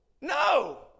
no